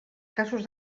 casos